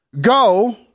go